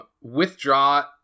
Withdraw